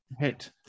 hit